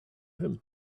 him